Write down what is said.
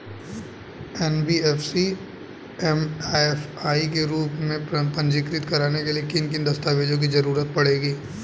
NBFC MFI के रूप में पंजीकृत कराने के लिए किन किन दस्तावेजों की जरूरत पड़ेगी?